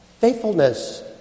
Faithfulness